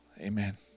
Amen